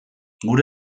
gure